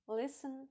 listen